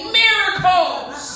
miracles